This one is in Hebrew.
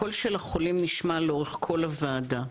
הקול של החולים נשמע לאורך כל הוועדה.